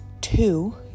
two